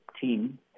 team